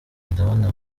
ndabona